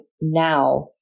now